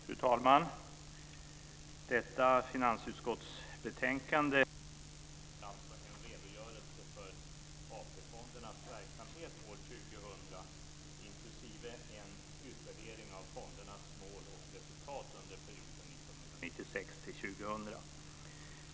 Fru talman! Detta betänkande från finansutskottet innehåller en redogörelse för AP-fondernas verksamhet år 2000 inklusive en utvärdering av fondernas mål och resultat under perioden 1996-2000.